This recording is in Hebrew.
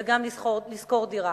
וגם לשכור דירה.